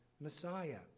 Messiah